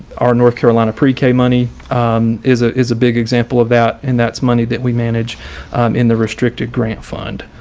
our north carolina pre k money is ah is a big example of that. and that's money that we manage in the restricted grant fund.